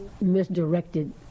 misdirected